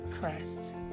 first